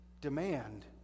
demand